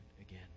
again